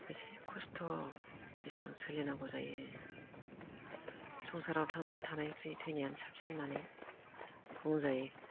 बेसे खस्थ' बेजों सेलिनांगौ जायो संसाराव थांनानै थानायनिख्रुय थैनायानो साबसिन होननानै बुंजायो